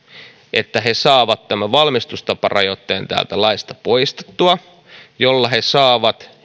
että he saavat tämän valmistustaparajoitteen täältä laista poistettua jolloin he saavat